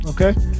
Okay